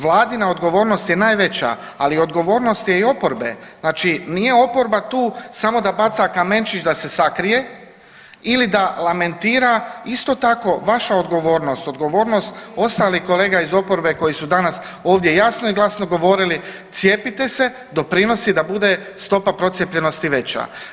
Vladina odgovornost je najveća, ali odgovornost je i oporbe, znači nije oporba tu samo da baca kamenčić da se sakrije ili da lamentira, isto tako vaša odgovornost, odgovornost ostalih kolega iz oporbe koji su danas ovdje jasno i glasno govorili cijepite se, doprinosi da bude stopa procijepljenosti veća.